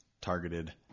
targeted